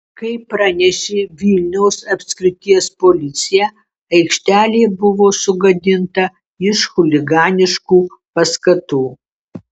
kaip pranešė vilniaus apskrities policija aikštelė buvo sugadinta iš chuliganiškų paskatų